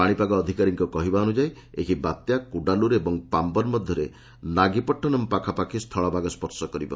ପାଣିପାଗ ଅଧିକାରୀଙ୍କ କହିବା ଅନୁସାରେ ଏହି ବାତ୍ୟା କୁଡାଲୁର୍ ଓ ପାମ୍ଘନ୍ ମଧ୍ୟରେ ନାଗିପଟନମ୍ ପାଖାପାଖି ସ୍ଥଳଭାଗ ସ୍ୱର୍ଶ କରିବ